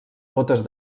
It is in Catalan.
bótes